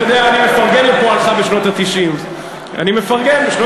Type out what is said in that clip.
אני מפרגן, בשנות ה-90 ראינו.